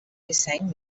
design